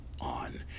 on